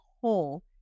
whole